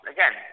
Again